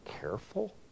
careful